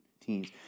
teens